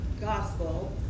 gospel